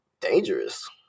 dangerous